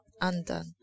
undone